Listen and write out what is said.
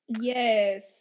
Yes